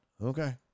Okay